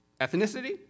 Ethnicity